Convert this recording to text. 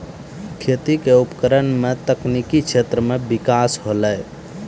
खेती क उपकरण सें तकनीकी क्षेत्र में बिकास होलय